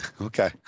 Okay